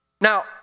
Now